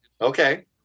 Okay